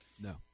No